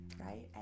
right